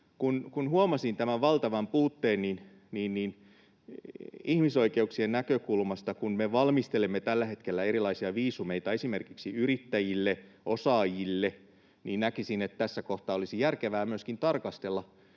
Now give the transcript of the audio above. Kun huomasin tämän valtavan puutteen ihmisoikeuksien näkökulmasta, niin kun me valmistelemme tällä hetkellä erilaisia viisumeita esimerkiksi yrittäjille, osaajille, näkisin, että tässä kohtaa olisi järkevää myöskin tarkastella